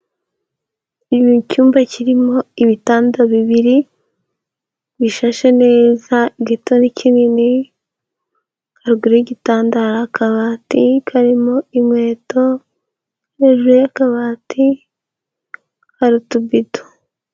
Icyumba kirimo ibitanda bibiri bishashe neza, kitari kinini, haruguru yigitanda hari akabati karimo inkweto, hejuru y'akabati hari utubido.